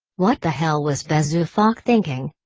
what the hell was bezu fache thinking?